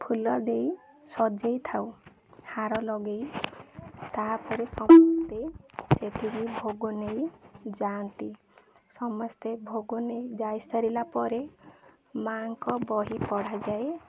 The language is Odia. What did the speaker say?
ଫୁଲ ଦେଇ ସଜେଇ ଥାଉ ହାର ଲଗେଇ ତା'ପରେ ସମସ୍ତେ ସେଠିକି ଭୋଗ ନେଇ ଯାଆନ୍ତି ସମସ୍ତେ ଭୋଗ ନେଇ ଯାଇସାରିଲା ପରେ ମାଆଙ୍କ ବହି ପଢ଼ାଯାଏ